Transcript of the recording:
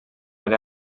era